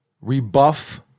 rebuff